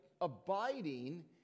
abiding